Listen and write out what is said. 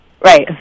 Right